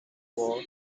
war